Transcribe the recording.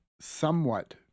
somewhat